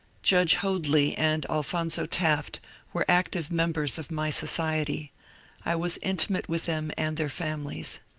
judge hoadly and alphonzo taft were active members of my society i was intimate with them and their families.